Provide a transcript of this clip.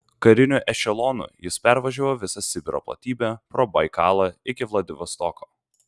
kariniu ešelonu jis pervažiavo visą sibiro platybę pro baikalą iki vladivostoko